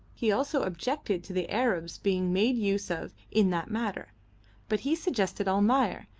he also objected to the arabs being made use of in that matter but he suggested almayer,